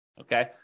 okay